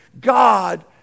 God